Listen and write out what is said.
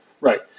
Right